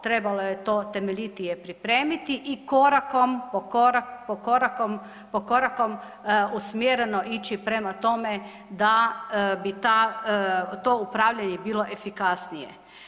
Trebalo je to temeljitije pripremiti i korakom po korakom usmjereno ići prema tome da bi to upravljanje bilo efikasnije.